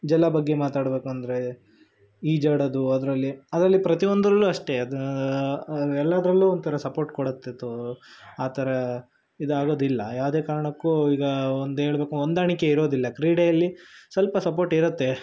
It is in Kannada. ಜಲ ಬಗ್ಗೆ ಮಾತಾಡಬೇಕು ಅಂದರೆ ಈಜಾಡೋದು ಅದರಲ್ಲಿ ಅದರಲ್ಲಿ ಪ್ರತಿಯೊಂದರಲ್ಲೂ ಅಷ್ಟೇ ಅದು ಎಲ್ಲದರಲ್ಲೂ ಒಂಥರ ಸಪೋರ್ಟ್ ಕೊಡುತ್ತಿತ್ತು ಆ ಥರ ಇದಾಗೋದಿಲ್ಲ ಯಾವ್ದೇ ಕಾರಣಕ್ಕೂ ಈಗ ಒಂದು ಹೇಳ್ಬೇಕು ಹೊಂದಾಣಿಕೆ ಇರೋದಿಲ್ಲ ಕ್ರೀಡೆಯಲ್ಲಿ ಸ್ವಲ್ಪ ಸಪೋರ್ಟ್ ಇರುತ್ತೆ